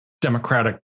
democratic